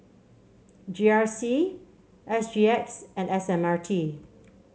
G R C S G X and S M R T